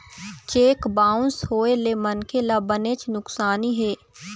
cheque bounce होए ले मनखे ल बनेच नुकसानी हे